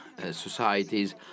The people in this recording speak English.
societies